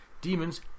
Demons